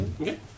Okay